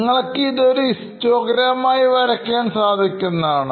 നിങ്ങൾക്ക് ഇതൊരു histogram ആയി വരയ്ക്കാൻ സാധിക്കുന്നതാണ്